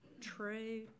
true